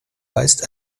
weist